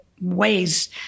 ways